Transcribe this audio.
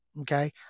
Okay